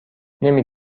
نمی